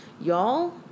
Y'all